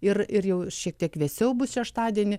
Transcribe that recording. ir ir jau šiek tiek vėsiau bus šeštadienį